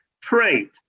trade